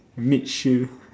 meat shield